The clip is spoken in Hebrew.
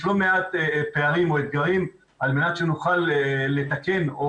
יש לא מעט פערים או אתגרים על מנת שנוכל לתקן או